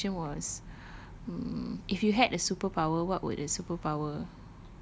I remember the question was mm if you had a superpower what would the superpower